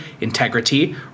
integrity